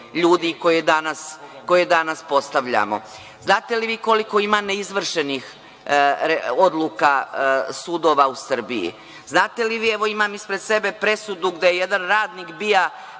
koje danas postavljamo? Znate li vi koliko ima neizvršenih odluka sudova u Srbiji? Evo, imam ispred sebe presudu gde je jedan radnik BIA